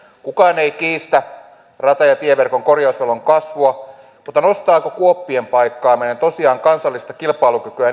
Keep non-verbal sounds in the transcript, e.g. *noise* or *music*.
kukaan ei kiistä rata ja tieverkon korjausvelan kasvua mutta nostaako kuoppien paikkaaminen tosiaan kansallista kilpailukykyä *unintelligible*